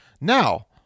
now